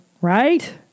right